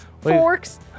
Forks